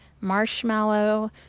marshmallow